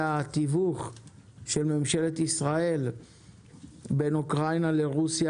התיווך של ממשלת ישראל בין אוקראינה לרוסיה.